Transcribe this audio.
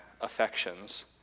affections